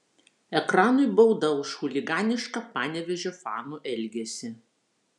ekranui bauda už chuliganišką panevėžio fanų elgesį